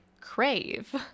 crave